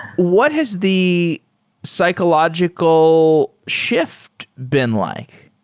what has the psychological shift been like?